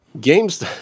Game's